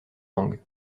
langues